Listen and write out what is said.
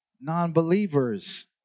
non-believers